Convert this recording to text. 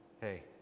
Hey